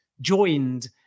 joined